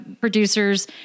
producers